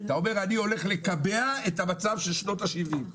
אתה אומר 'אני הולך לקבע את המצב שלשנות השבעים'.